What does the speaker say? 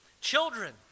children